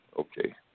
Okay